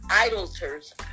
idolaters